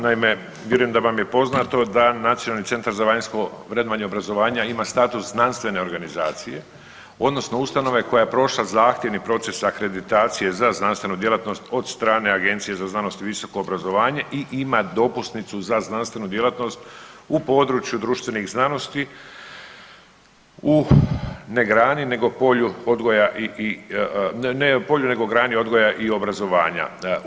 Naime, vjerujem da vam je poznato da Nacionalni centar za vanjsko vrednovanje obrazovanja ima status znanstvene organizacije odnosno ustanove koja je prošla zahtjevni proces akreditacije za znanstvenu djelatnost od strane Agencije za znanost i visoko obrazovanje i ima dopusnicu za znanstvenu djelatnost u području društvenih znanosti, u ne grani, nego polju odgoja i, ne polju nego grani odgoja i obrazovanja.